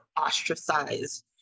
ostracized